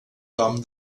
nom